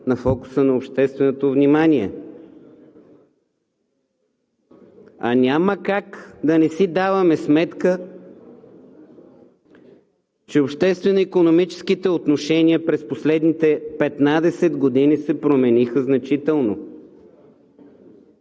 във фокуса на общественото внимание. Няма как да не си даваме сметка, че обществено-икономическите отношения през последните петнадесет години се промениха значително.